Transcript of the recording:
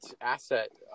asset